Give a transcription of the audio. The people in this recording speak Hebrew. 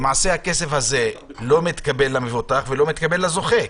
הכסף הזה לא מתקבל למבוטח ולא מקבל לזוכה,